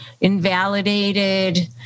invalidated